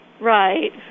Right